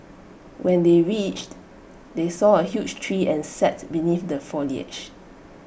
when they reached they saw A huge tree and sat beneath the foliage